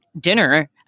dinner